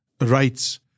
rights